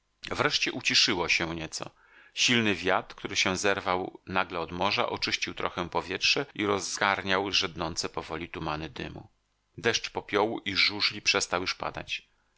wreszcie uciszyło się nieco silny wiatr który się zerwał nagle od morza oczyścił trochę powietrze i rozgarniał rzednące powoli tumany dymu deszcz popiołu i żużli przestał już padać